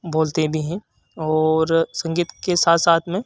बोलते भी हैं और संगीत के साथ साथ में